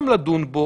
לתקן אותו.